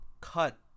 cut